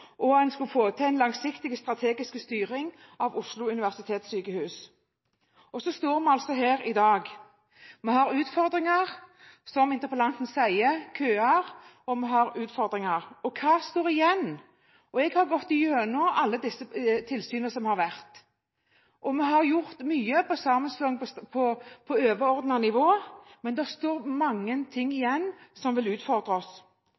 en realistisk planlegging, og en skulle foreta en langsiktig strategisk styring av Oslo universitetssykehus. Så står vi altså her i dag. Vi har utfordringer med køer, som interpellanten sier, og vi har andre utfordringer. Hva står igjen? Jeg har gått igjennom alle disse tilsynene som har vært. Vi har gjort mye med sammenslåing på overordnet nivå, men det står mange ting igjen som vil utfordre oss.